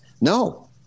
No